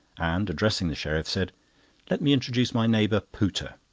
and addressing the sheriff, said let me introduce my neighbour, pooter.